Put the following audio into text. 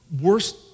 worst